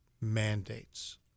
mandates